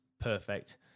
Perfect